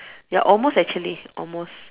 ya almost actually almost